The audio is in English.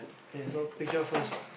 then so pitch up first